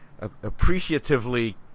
appreciatively